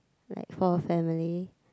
like for a family